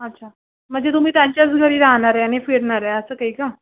अच्छा म्हणजे तुम्ही त्यांच्याच घरी राहणार आहे आणि फिरणार आहे असं काही का